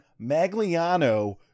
Magliano